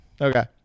Okay